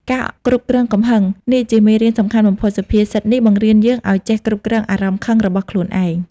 ការគ្រប់គ្រងកំហឹង នេះជាមេរៀនសំខាន់បំផុត សុភាសិតនេះបង្រៀនយើងឲ្យចេះ គ្រប់គ្រងអារម្មណ៍ខឹង របស់ខ្លួនឯង។